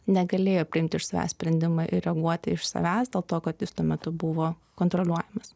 negalėjo priimt iš savęs sprendimą ir reaguoti iš savęs dėl to kad jis tuo metu buvo kontroliuojamas